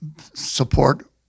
support